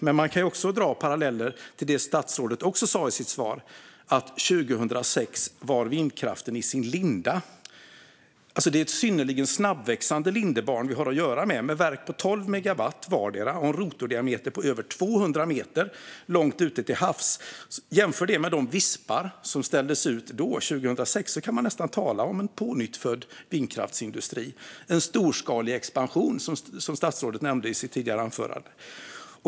Man kan även dra paralleller till något annat som statsrådet sa i sitt svar, nämligen att vindkraften var i sin linda 2006. Det är ett synnerligen snabbväxande lindebarn vi har att göra med. Det handlar om verk på tolv megawatt vardera och en rotordiameter på över 200 meter långt ute till havs. Jämför man dem med de vispar som ställdes ut 2006 kan man nästan tala om en pånyttfödd vindkraftsindustri. Det är en storskalig expansion, vilket statsrådet kallade det i sitt tidigare anförande.